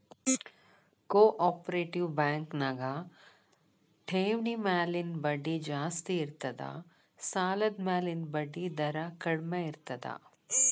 co operative bank ನ್ಯಾಗ ಠೆವ್ಣಿ ಮ್ಯಾಲಿನ್ ಬಡ್ಡಿ ಜಾಸ್ತಿ ಇರ್ತದ ಸಾಲದ್ಮ್ಯಾಲಿನ್ ಬಡ್ಡಿದರ ಕಡ್ಮೇರ್ತದ